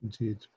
Indeed